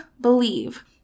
believe